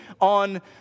on